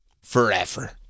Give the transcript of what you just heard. forever